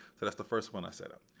that's the first one i setup.